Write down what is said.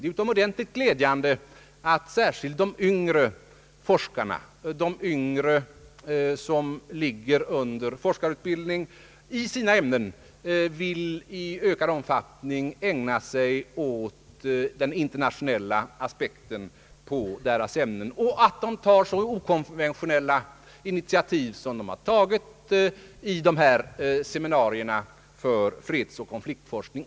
Det är utomordentligt glädjande att särskilt de yngre forskarna — de som håller på med sin forskarutbildning — i ökad omfattning vill ägna sig åt den internationella aspekten på sina ämnen och att de tar så okonventionella initiativ som de gjort i seminarierna för fredsoch konfliktforskning.